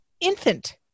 infant